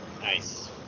Nice